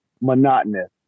monotonous